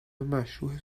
مشروح